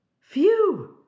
Phew